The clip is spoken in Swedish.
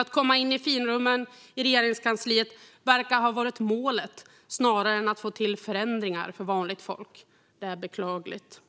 Att komma in i finrummen i Regeringskansliet verkar ha varit målet, snarare än att få till förändringar för vanligt folk. Det är beklagligt.